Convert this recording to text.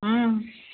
ହଁ